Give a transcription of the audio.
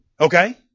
Okay